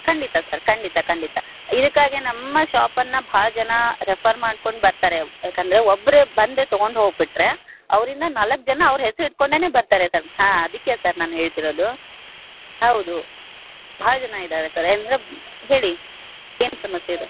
ಖಂಡಿತ ಸರ್ ಖಂಡಿತ ಖಂಡಿತ ಇದಕ್ಕಾಗೇ ನಮ್ಮ ಶಾಪನ್ನು ಭಾಳ ಜನ ರೆಫರ್ ಮಾಡ್ಕೊಂಡು ಬರ್ತಾರೆ ಯಾಕಂದರೆ ಒಬ್ಬರು ಬಂದರೆ ತಗೊಂಡು ಹೋಗಿಬಿಟ್ರೆ ಅವರಿಂದ ನಾಲ್ಕು ಜನ ಅವ್ರ ಹೆಸ್ರು ಇಟ್ಕೊಂಡೆನೇ ಬರ್ತಾರೆ ಸರ್ ಹಾಂ ಅದಕ್ಕೆ ಸರ್ ನಾನು ಹೇಳ್ತಿರೋದು ಹೌದು ಭಾಳ ಜನ ಇದ್ದಾರೆ ಸರ್ ಏನ್ರಾಬ್ ಹೇಳಿ ಏನು ಸಮಸ್ಯೆ ಇದೆ